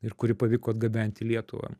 ir kurį pavyko atgabenti į lietuvą